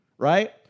Right